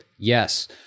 Yes